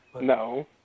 No